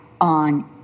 on